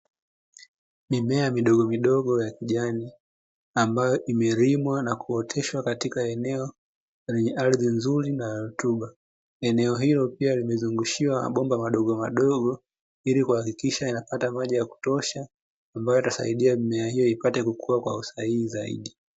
Mimea midogo midogo ya kijani ambayo imelimwa na kuoteshwa katika eneo lenye ardhi nzuri na rutuba, eneo hilo pia limezungushiwa mabomba madogo madogo, hili kuhakikisha yanapata maji ya kutosha ambayo yanasaidia mimea ipate kukua kwa usahihi zaidi.